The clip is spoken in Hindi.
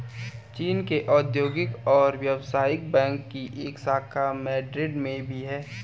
चीन के औद्योगिक और व्यवसायिक बैंक की एक शाखा मैड्रिड में भी है